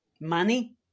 money